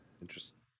Interesting